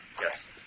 Yes